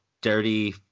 dirty